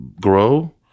grow